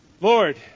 Lord